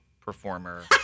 performer